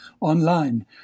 online